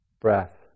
breath